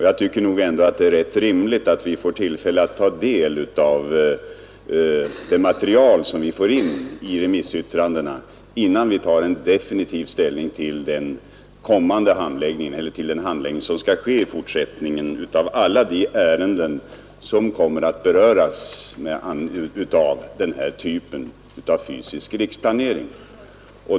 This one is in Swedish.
Jag tycker att det är rätt rimligt att vi får tillfälle att ta del av det material som vi får in i remissyttrandena, innan vi tar en definitiv ställning till den handläggning som skall ske i fortsättningen av alla de ärenden som kommer att beröras av den här typen av fysisk riksplanering.